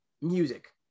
music